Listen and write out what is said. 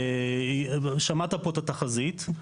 שמעת פה את התחזית,